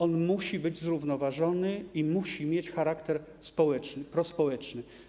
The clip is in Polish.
On musi być zrównoważony i musi mieć charakter społeczny, prospołeczny.